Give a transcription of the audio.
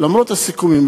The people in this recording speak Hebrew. למרות הסיכומים,